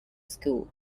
school